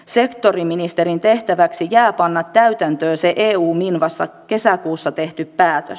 sektoriministerin tehtäväksi jää panna täytäntöön se eu minvassa kesäkuussa tehty päätös